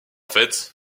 fait